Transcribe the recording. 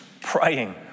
praying